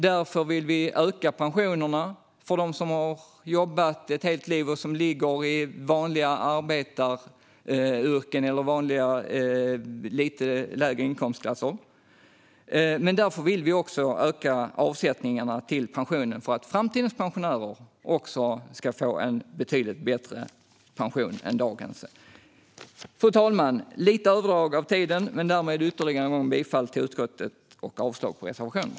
Därför vill vi höja pensionerna för dem som har jobbat ett helt liv i vanliga arbetaryrken eller som ligger i lite lägre inkomstklasser. Därför vill vi också öka avsättningarna till pensionen, för att framtidens pensionärer ska få en betydligt bättre pension än dagens. Fru talman! Jag vill ytterligare en gång yrka bifall till utskottets förslag i betänkandet och avslag på reservationerna.